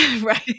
Right